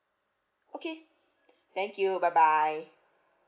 okay thank you bye bye